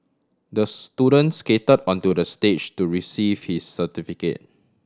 the student skated onto the stage to receive his certificate